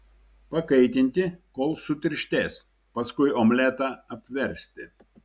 pakaitinti kol sutirštės paskui omletą apversti